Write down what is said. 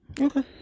okay